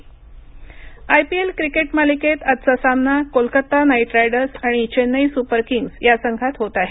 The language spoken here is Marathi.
I P L I P L cricket मालिकेत आजचा सामना कोलकाता नाईट रायडर्स आणि चेन्नई सुपर किंग्ज या संघांत होत आहे